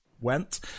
went